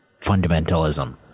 fundamentalism